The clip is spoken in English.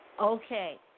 Okay